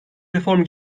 reform